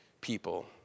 people